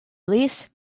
lease